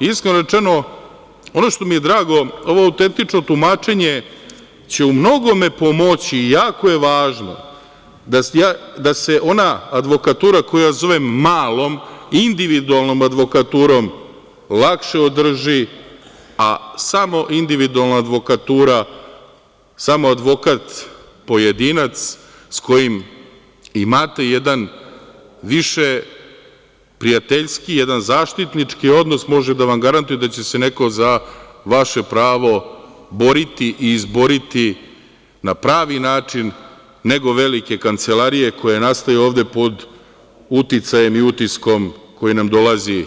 Iskreno rečeno, ono što mi je drago, ovo autentično tumačenje će u mnogome pomoći i jako je važno da se ona advokatura koja se zove malom, individualnom advokaturom, lakše održi, a samo individualna advokatura, samo advokat pojedinac s kojim imate jedan više prijateljski, jedan zaštitnički odnos može da vam garantuje da će se neko za vaše pravo boriti i izboriti na pravi način, nego velike kancelarije koje nastaju ovde pod uticajem i utiskom koji nam dolazi